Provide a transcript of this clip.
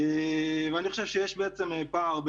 אני חושב שיש פער,